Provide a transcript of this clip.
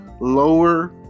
lower